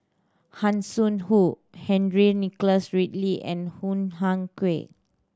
Hanson Ho Henry Nicholas Ridley and Hoo Ah Kay